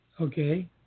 Okay